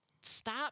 stop